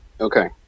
Okay